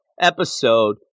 episode